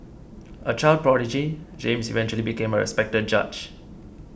a child prodigy James eventually became a respected judge